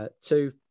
Two